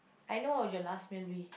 I know what your last meal be